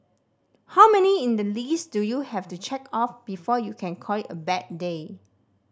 how many in the list do you have to check off before you can call it a bad day